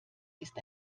ist